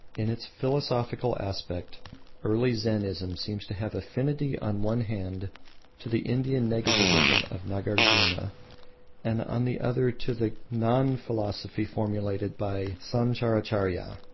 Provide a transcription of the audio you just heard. in its philosophical aspect early zennism seems to have affinity on one hand to the indian negativism of nagarjuna and on the other to the gnan philosophy formulated by sancharacharya.